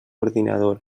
ordinador